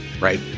Right